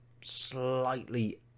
slightly